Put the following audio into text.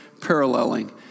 Paralleling